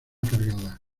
cargada